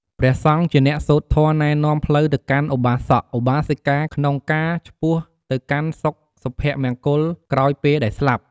ព្រះសង្ឃជាអ្នកសូត្រធម៌ណែនាំផ្លូវទៅកាន់ឧបាសក ឧបាសិការក្នុងការឆ្ពោះទៅកាន់សុខសុភមង្គលក្រោយពេលដែលស្លាប់។